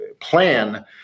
plan